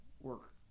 work